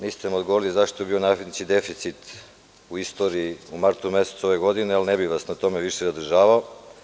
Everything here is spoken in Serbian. Niste mi odgovorili zašto je bio najveći deficit u istoriji u martu mesecu ove godine, ali ne bih vas na tome više zadržavao.